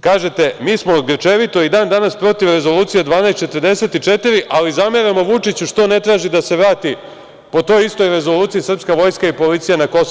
kažete – mi smo grčevito i dan danas protiv Rezolucije 1244, ali zameramo Vučiću što ne traži da se vrati po toj istoj Rezoluciji srpska Vojska i policija na KiM?